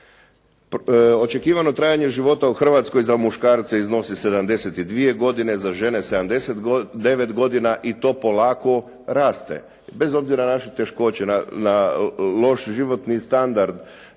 Očekivano trajanje života u Hrvatskoj za muškarce iznosi 72 godine, za žene 79 godina i to polako raste. Bez obzira na naše teškoće, na loš životni standard,